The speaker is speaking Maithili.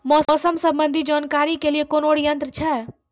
मौसम संबंधी जानकारी ले के लिए कोनोर यन्त्र छ?